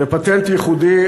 זה פטנט ייחודי.